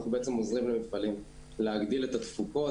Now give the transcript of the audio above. אנחנו עוזרים למפעלים להגדיל את התפוקות